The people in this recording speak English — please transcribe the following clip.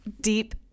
deep